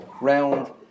Round